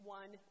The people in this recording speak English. one